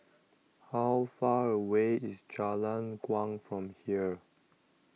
How Far away IS Jalan Kuang from here